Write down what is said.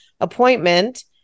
appointment